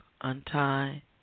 untie